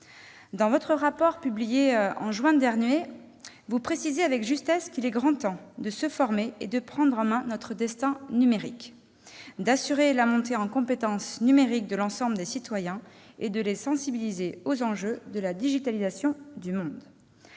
Dans votre rapport publié en juin dernier, madame la rapporteur, vous précisez avec justesse qu'il est grand temps de se former, de « prendre en main notre destin numérique », d'assurer la montée en compétence numérique de l'ensemble des citoyens et de les sensibiliser aux enjeux de la digitalisation du monde.